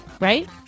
Right